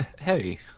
Hey